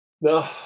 No